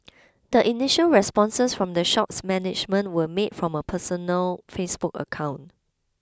the initial responses from the shop's management were made from a personal Facebook account